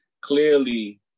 Clearly